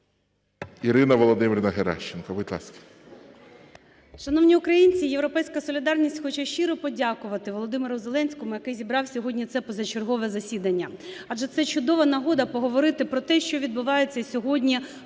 Ірина Володимирівна Геращенко. Будь ласка.